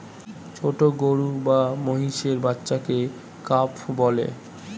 ছোট গরু বা মহিষের বাচ্চাকে কাফ বলে